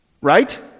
Right